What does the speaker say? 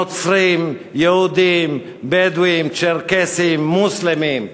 נוצרים, יהודים, בדואים, צ'רקסים, מוסלמים.